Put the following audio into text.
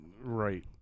Right